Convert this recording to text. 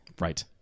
Right